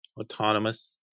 autonomous